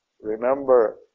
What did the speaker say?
Remember